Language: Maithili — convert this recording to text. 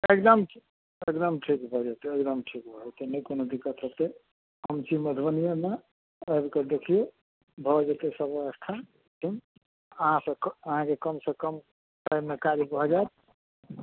एकदम एकदम ठीक भऽ जेतै एकदम ठीक भऽ जेतै नहि कोनो दिक्कत होयतै हम छी मधुबनियेँमे आबि कऽ देखियौ भऽ जेतै सब ब्यवस्था एहिठुन अहाँ से अहाँके कम से कम टाइममे काज भऽ जाएत